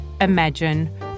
imagine